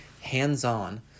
hands-on